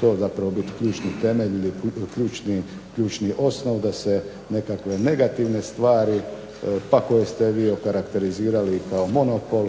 to zapravo bit ključni temelj ili ključni osnov da se nekakve negativne stvari, pa koje ste vi okarakterizirali kao monopol